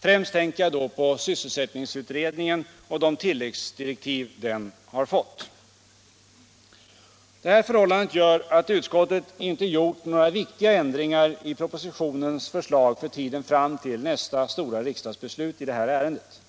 Främst tänker jag på sysselsättningsutredningen och de tilläggsdirektiv den har fått. Detta förhållande gör att utskottet inte gjort några viktiga ändringar i propositionens förslag för tiden fram till nästa stora riksdagsbeslut i det här ärendet.